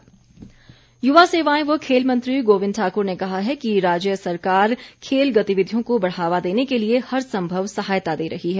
गोविंद युवा सेवाएं व खेल मंत्री गोविंद ठाक्र ने कहा है कि राज्य सरकार खेल गतिविधियों को बढ़ावा देने के लिए हर सम्भव सहायता दे रही है